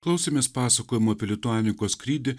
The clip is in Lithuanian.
klausėmės pasakojimų apie lituanikos skrydį